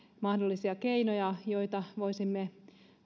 mahdollisia keinoja joita voisimme